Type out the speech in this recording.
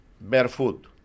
barefoot